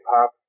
Pop